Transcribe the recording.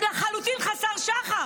לחלוטין חסר שחר.